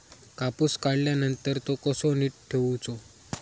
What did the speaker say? कापूस काढल्यानंतर तो कसो नीट ठेवूचो?